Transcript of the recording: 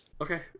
okay